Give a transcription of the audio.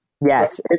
Yes